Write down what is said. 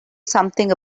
something